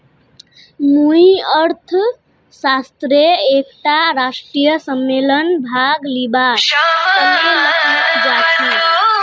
मुई अर्थशास्त्रेर एकटा राष्ट्रीय सम्मेलनत भाग लिबार तने लखनऊ जाछी